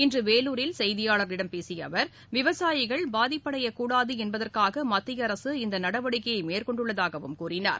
இன்று வேலூரில் செய்தியாளர்களிடம் பேசிய அவர் விவசாயிகள் பாதிப்படையக்கூடாது என்பதற்காக மத்தியஅரசு இந்த நடவடிக்கைய மேற்கொண்டுள்ளதாகவும் கூறினார்